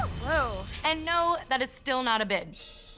whoa. and no, that is still not a bid.